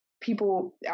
people